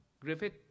Griffith